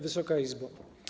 Wysoka Izbo!